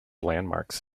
landmarks